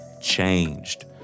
changed